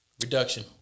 Reduction